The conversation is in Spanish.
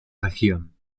región